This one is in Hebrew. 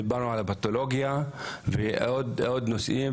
דיברנו על הפתולוגיה ועוד נושאים,